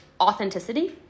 authenticity